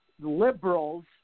liberals